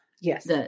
Yes